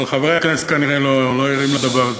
אבל חברי הכנסת כנראה לא ערים לדבר הזה.